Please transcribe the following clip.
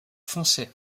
foncé